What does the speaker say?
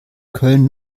köln